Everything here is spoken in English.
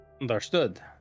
Understood